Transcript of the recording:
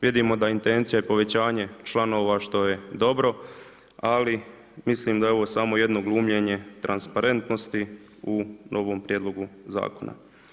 Vidimo da intencija i povećanje članova što je dobro, ali mislim da je ovo samo jedno glumljenje transparentnosti u novom prijedlogu zakona.